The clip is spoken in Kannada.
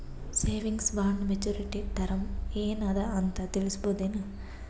ಸೇವಿಂಗ್ಸ್ ಬಾಂಡ ಮೆಚ್ಯೂರಿಟಿ ಟರಮ ಏನ ಅದ ಅಂತ ತಿಳಸಬಹುದೇನು?